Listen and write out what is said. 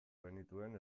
genituen